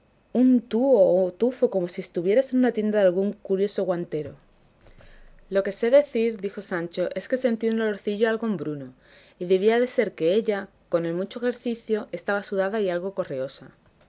un tuho o tufo como si estuvieras en la tienda de algún curioso guantero lo que sé decir dijo sancho es que sentí un olorcillo algo hombruno y debía de ser que ella con el mucho ejercicio estaba sudada y algo correosa